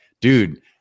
dude